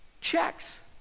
checks